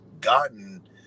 gotten